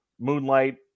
moonlight